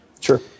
sure